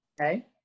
Okay